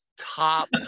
top